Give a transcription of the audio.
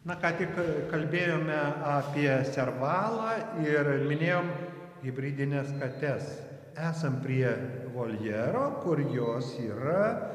na ką tik kalbėjome apie servalą ir minėjom hibridines kates esam prie voljero kur jos yra